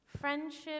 friendship